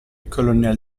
colonel